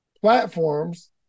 platforms